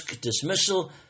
dismissal